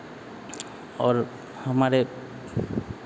और हमारे